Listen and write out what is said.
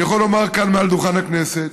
אני יכול לומר כאן, מעל דוכן הכנסת,